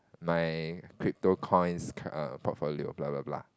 my crypto coins cur~ err portfolio blah blah blah